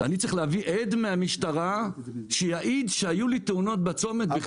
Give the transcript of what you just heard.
אני צריך להביא עד מהמשטרה שיעיד שהיו לי תאונות בצומת בכדי להצליח.